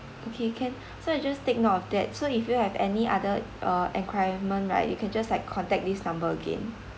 okay can so I'll just take note of that so if you have any other uh requirement right you can just like contact this number again